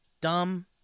Dumb